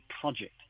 project